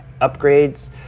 upgrades